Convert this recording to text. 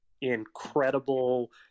incredible